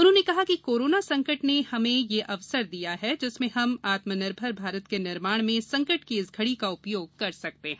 उन्होंने कहा कि कोरोना संकट ने हमें वह अवसर दिया है जिसमें हम आत्मनिर्भर भारत के निर्माण में संकट की इस घडी का उपयोग कर सकते हैं